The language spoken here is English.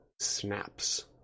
snaps